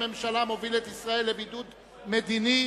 הממשלה מוביל את ישראל לבידוד מדיני.